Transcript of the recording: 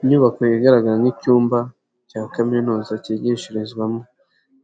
lnyubako yigaragara nk'icyumba cya kaminuza cyigishirizwamo.